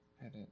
edit